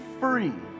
free